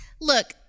Look